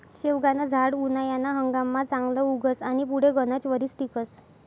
शेवगानं झाड उनायाना हंगाममा चांगलं उगस आनी पुढे गनच वरीस टिकस